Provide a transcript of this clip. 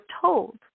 told